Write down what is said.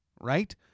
right